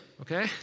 Okay